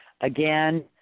again